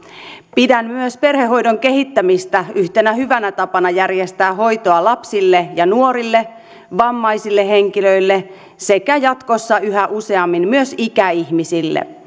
pidän perhehoidon kehittämistä myös yhtenä hyvänä tapana järjestää hoitoa lapsille ja nuorille vammaisille henkilöille sekä jatkossa yhä useammin myös ikäihmisille